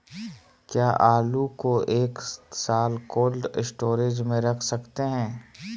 क्या आलू को एक साल कोल्ड स्टोरेज में रख सकते हैं?